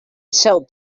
cell